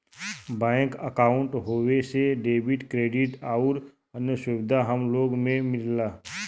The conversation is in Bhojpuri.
बैंक अंकाउट होये से डेबिट, क्रेडिट आउर अन्य सुविधा हम लोग के मिलला